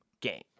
game